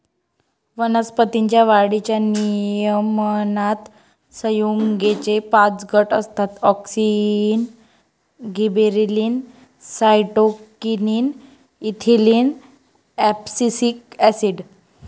वनस्पतीं च्या वाढीच्या नियमनात संयुगेचे पाच गट असतातः auxin, gibberellin, cytokinin, ethylene, abscisic acid